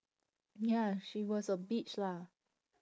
ya she was a bitch lah